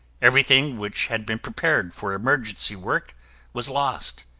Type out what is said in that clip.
everything which had been prepared for emergency work was lost,